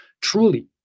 truly